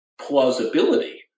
plausibility